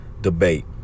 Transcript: debate